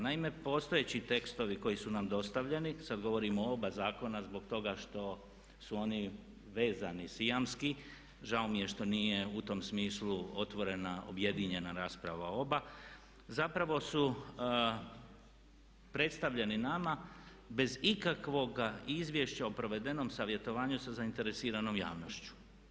Naime, postojeći tekstovi koji su nam dostavljeni, sad govorim o oba zakona zbog toga što su oni vezani sijamski, žao mi je što nije u tom smislu otvorena objedinjena rasprava o oba, zapravo su predstavljeni nama bez ikakvog izvješća o provedenom savjetovanju sa zainteresiranom javnošću.